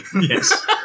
yes